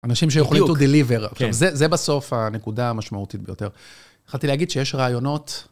אנשים שיכולים to deliver. עכשיו, זה בסוף הנקודה המשמעותית ביותר. התחלתי להגיד שיש רעיונות.